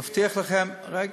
רגע.